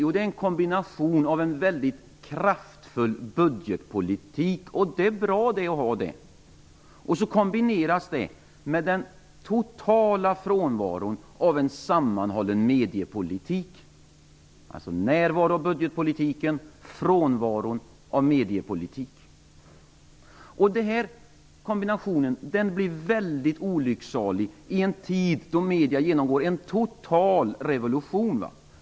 Jo, det bygger på en kombinationen av kraftfull budgetpolitik - och det är väl bra att ha en sådan - och total frånvaro av en sammanhållen mediepolitik. Denna kombination blir väldigt olycksalig i en tid då medierna genomgår en total revolution.